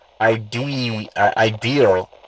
ideal